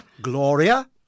Gloria